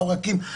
לעורקים.